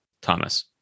Thomas